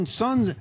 sons